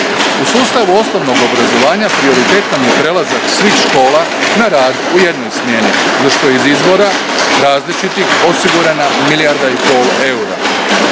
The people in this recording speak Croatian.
U sustavu osnovnog obrazovanja prioritet nam je prelazak svih škola na rad u jednoj smjeni za što je iz izvora različitih osigurana milijarda i pol eura.